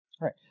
right